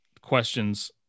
questions